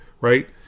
right